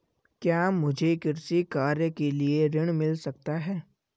क्या मुझे कृषि कार्य के लिए ऋण मिल सकता है?